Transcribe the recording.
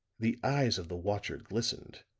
the eyes of the watcher glistened,